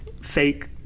fake